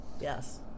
Yes